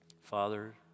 Father